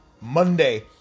Monday